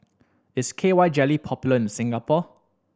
is K Y Jelly popular in Singapore